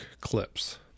clips